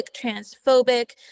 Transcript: transphobic